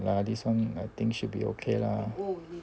ya this one I think should be ok lah